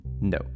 No